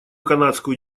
канадскую